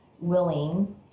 willing